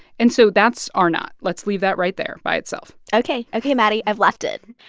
and so that's ah r-naught. let's leave that right there by itself ok. ok, maddie, i've left it.